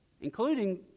including